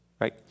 right